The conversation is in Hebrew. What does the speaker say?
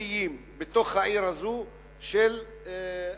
בתוך העיר הזו נשארו שני איים של ערבים,